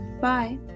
Bye